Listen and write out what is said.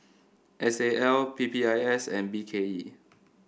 S A L P P I S and B K E